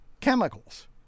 chemicals